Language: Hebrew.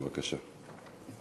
בבקשה.